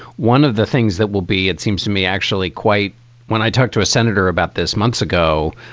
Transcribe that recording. one of the things that will be, it seems to me actually quite when i talked to a senator about this months ago,